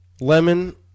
Lemon